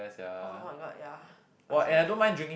oh oh-my-god ya I also like